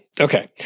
Okay